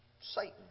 Satan